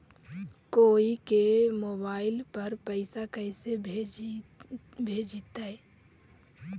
कोई के मोबाईल पर पैसा कैसे भेजइतै?